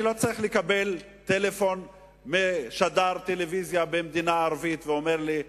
אני לא צריך לקבל טלפון משדר טלוויזיה במדינה ערבית שאומר לי: